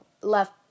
left